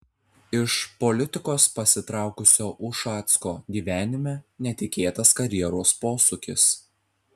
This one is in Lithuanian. iš politikos pasitraukusio ušacko gyvenime netikėtas karjeros posūkis